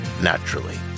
naturally